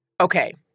Okay